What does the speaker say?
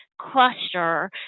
cluster